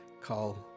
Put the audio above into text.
call